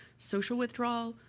social withdrawal,